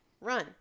run